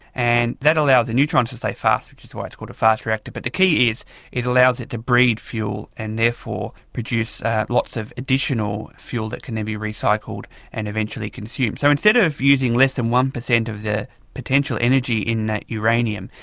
and that allows the neutrons to stay fast, which is why it's called a fast reactor. but the key is it allows it to breed fuel and therefore produce lots of additional fuel that can then be recycled and eventually consumed. so instead of using less than one percent of the potential energy in that uranium,